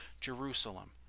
Jerusalem